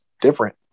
different